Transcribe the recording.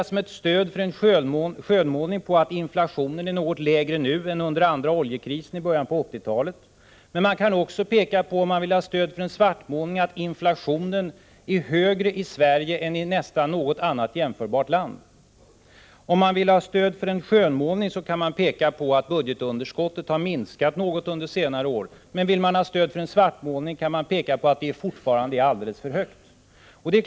Som stöd för en skönmålning kan vi framhålla att inflationen är något lägre nu än under andra oljekrisen i början av 1980-talet. Men om man vill ha stöd för en svartmålning kan man peka på att inflationen är högre i Sverige än i nästan något annat jämförbart land. Om man vill ha stöd för en skönmålning, kan man peka på att budgetunderskottet har minskat något under senare år. Vill man ha stöd för en svartmålning, kan man peka på att det fortfarande är alldeles för högt.